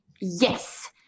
yes